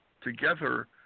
together